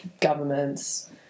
governments